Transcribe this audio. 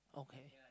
okay